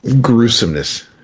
gruesomeness